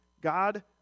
God